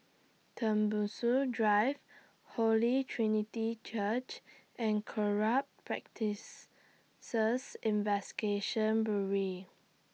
Tembusu Drive Holy Trinity Church and Corrupt Practices Investigation Bureau